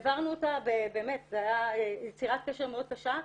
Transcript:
העברנו אותה ובאמת זו הייתה יצירת קשר מאוד קשה,